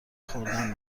خوردن